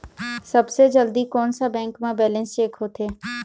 सबसे जल्दी कोन सा बैंक म बैलेंस चेक होथे?